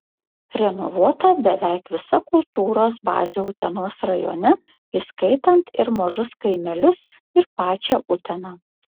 renovuota beveik visa kultūros bazė utenos rajone įskaitant ir mažus kaimelius ir pačią uteną